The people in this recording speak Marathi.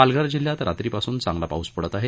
पालघर जिल्ह्यात रात्रीपासून चांगला पाऊस पडत आहे